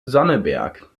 sonneberg